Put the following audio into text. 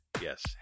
Yes